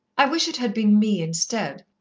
i wish it had been me instead.